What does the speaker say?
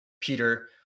Peter